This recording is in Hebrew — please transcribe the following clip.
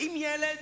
עם ילד,